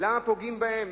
למה פוגעים בהם.